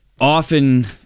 often